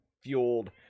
fueled